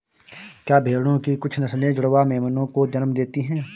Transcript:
क्या भेड़ों की कुछ नस्लें जुड़वा मेमनों को जन्म देती हैं?